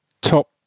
top